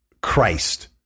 Christ